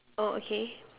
mm okay